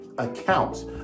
accounts